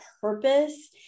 purpose